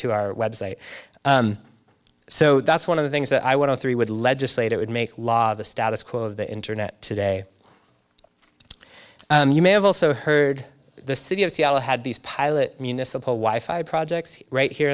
to our website so that's one of the things that i want three would legislate it would make law the status quo of the internet today you may have also heard the city of seattle had these pilot municipal why five projects right here